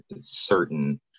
certain